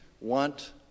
want